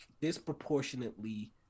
disproportionately